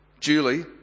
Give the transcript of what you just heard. Julie